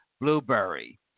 Blueberry